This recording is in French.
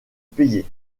payer